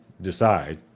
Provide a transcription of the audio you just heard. decide